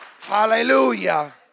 hallelujah